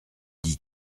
dis